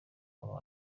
abo